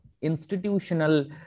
institutional